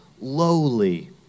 lowly